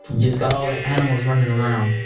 just got all the animals running around.